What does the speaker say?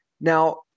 Now